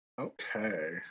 Okay